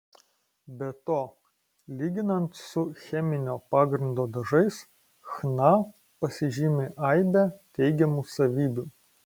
be to lyginant su cheminio pagrindo dažais chna pasižymi aibe teigiamų savybių